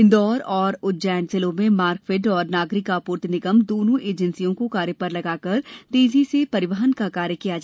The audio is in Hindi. इंदौर और उज्जैन जिलों में मार्कफेड और नागरिक आपूर्ति निगम दोनों एजेंसियों को कार्य पर लगाकर तेजी से परिवहन कार्य पूर्ण किया जा रहा है